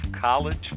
college